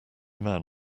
man